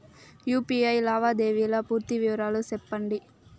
UPI లావాదేవీల పూర్తి వివరాలు సెప్పండి?